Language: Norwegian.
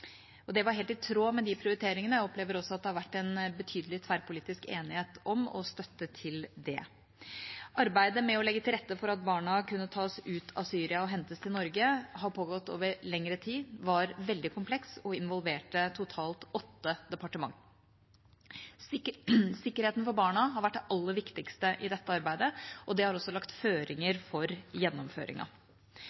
juni. Det var helt i tråd med de prioriteringene, og jeg opplever at det har vært en betydelig tverrpolitisk enighet om og støtte til det. Arbeidet med å legge til rette for at barna kunne tas ut av Syria og hentes til Norge, har pågått over lengre tid, var veldig komplekst og involverte totalt åtte departement. Sikkerheten for barna har vært det aller viktigste i dette arbeidet, og det har også lagt føringer